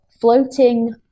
floating